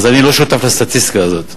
אז אני לא שותף לסטטיסטיקה הזאת,